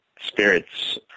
spirits